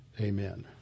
Amen